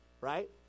right